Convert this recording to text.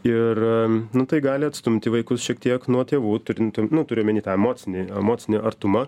ir nu tai gali atstumti vaikus šiek tiek nuo tėvų turint nu tariu omeny tą emocinį emocinį artumą